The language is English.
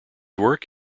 work